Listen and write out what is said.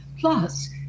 Plus